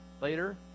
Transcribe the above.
later